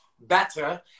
better